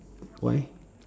why